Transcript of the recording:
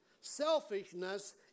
Selfishness